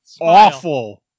Awful